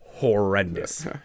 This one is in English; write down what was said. horrendous